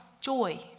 joy